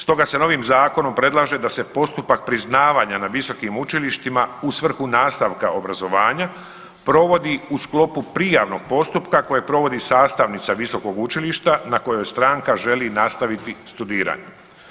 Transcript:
Stoga se novim zakonom predlaže da se postupak priznavanja na visokim učilištima u svrhu nastavka obrazovanja provodi u sklopu prijavnog postupka koje provodi sastavnica visokog učilišta na kojoj stranka želi nastaviti studiranje.